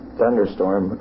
thunderstorm